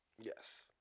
Yes